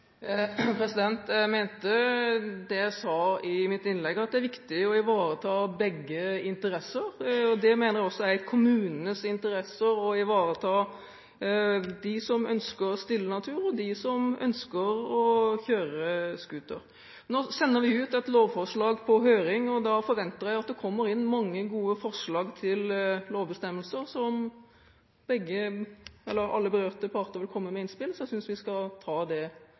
Jeg mente det jeg sa i mitt innlegg, at det er viktig å ivareta begge interesser. Det mener jeg også er i kommunenes interesse, å ivareta dem som ønsker stille natur, og dem som ønsker å kjøre snøscooter. Nå sender vi ut et lovforslag på høring, og da forventer jeg at det kommer inn mange gode forslag til lovbestemmelser, der alle berørte parter vil komme med innspill. Jeg synes vi skal ta det